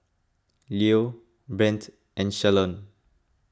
Lue Brent and Shalon